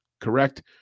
correct